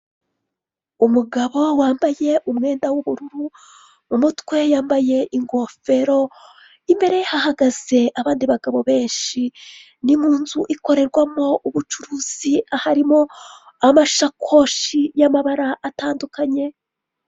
Umugabo wambaye umwenda w'ubururu, umutwe yambaye ingofero imbere ye hahagaze abandi bagabo benshi. Ni munzu ikorerwamo ubucuruzi aharimo, amashakoshi y'amabara atandukanye.